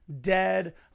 dead